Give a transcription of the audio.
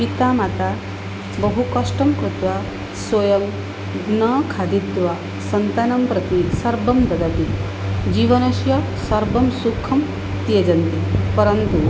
पिता माता बहुकष्टं कृत्वा स्वयं न खादित्वा सन्तानं प्रति सर्वं ददति जीवनस्य सर्वं सुखं त्यजन्ति परन्तु